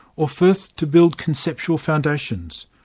or first to build conceptual foundations?